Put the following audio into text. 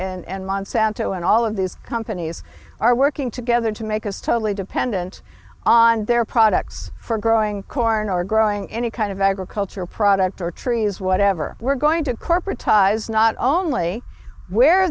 s and monsanto and all of these companies are working together to make us totally dependent on their products for growing corn or growing any kind of agricultural product or trees whatever we're going to corporate ties not only where